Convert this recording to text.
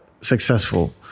successful